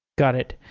got it.